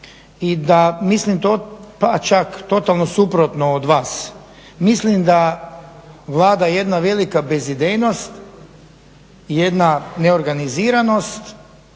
i da mislim pa čak totalno suprotno od vas. Mislim da Vlada jedna velika bezidejnost i jedna neorganiziranost